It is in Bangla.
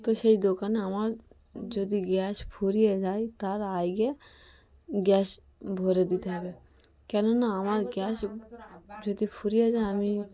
তো সেই দোকানে আমার যদি গ্যাস ফুরিয়ে যায় তার আগে গ্যাস ভরে দিতে হবে কেননা আমার গ্যাস যদি ফুরিয়ে যায় আমি